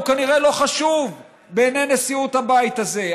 הוא כנראה לא חשוב בעיני נשיאות הבית הזה.